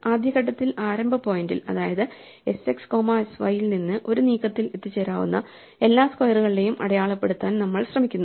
ആദ്യ ഘട്ടത്തിൽ ആരംഭ പോയിന്റിൽ അതായത് sx കോമ sy യിൽ നിന്ന് ഒരു നീക്കത്തിൽ എത്തിച്ചേരാവുന്ന എല്ലാ സ്ക്വയറുകളെയും അടയാളപ്പെടുത്താൻ നമ്മൾ ശ്രമിക്കുന്നു